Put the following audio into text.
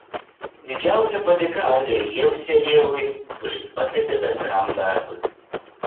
didžiausia padėka andriui jevsejevui kuris pakvietė bendram darbui